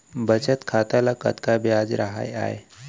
बचत खाता ल कतका ब्याज राहय आय?